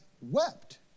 wept